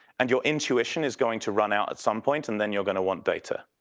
and your intuition is going to run out at some point and then you're going to want data.